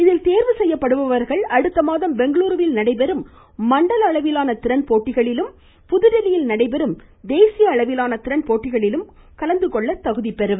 இதில் தேர்வு செய்யப்படுபவர்கள் அடுத்தமாதம் பெங்களூருவில் நடைபெறும் மண்டல அளவிலான திறன் போட்டியிலும் புதுதில்லியில் நடைபெறும் தேசிய அளவிலான திறன்போட்டியிலும் கலந்துகொள்ள தகுதி பெறுவர்